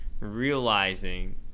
Realizing